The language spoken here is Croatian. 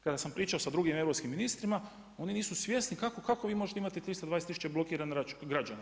Kada sam pričao sa drugim europskim ministrima oni nisu svjesni kako, kako vi možete imati 320 tisuća blokiranih građana?